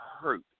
hurt